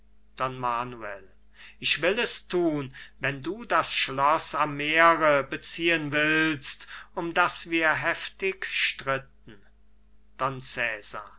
manuel ich will es thun wenn du das schloß am meere beziehen willst um das wir heftig stritten